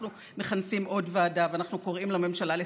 אנחנו מכנסים עוד ועדה ואנחנו קוראים את הממשלה לסדר,